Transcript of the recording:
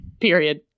period